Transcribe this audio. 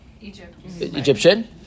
Egyptian